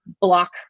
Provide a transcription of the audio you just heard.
block